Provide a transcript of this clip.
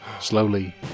Slowly